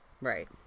Right